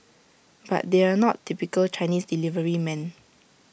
but they're not typical Chinese deliverymen